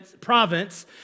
province